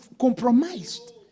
compromised